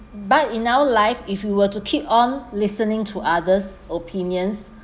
but in our life if you were to keep on listening to others opinions